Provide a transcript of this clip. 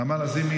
נעמה לזימי,